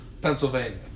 Pennsylvania